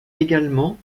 également